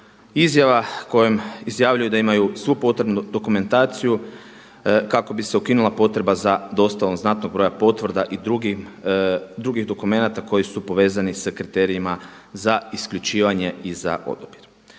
izjava kojom izjavljuju da imaju svu potrebnu dokumentaciju kako bi se ukinula potreba za dostavom znatnog broja potvrda i drugih dokumenata koji su povezani sa kriterijima za isključivanje i za odabir.